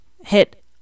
hit